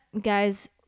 guys